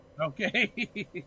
Okay